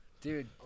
Dude